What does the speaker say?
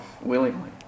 willingly